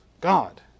God